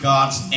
God's